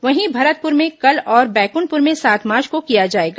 वहीं भरतपुर में कल और बैकुंठपुर में सात मार्च को किया जाएगा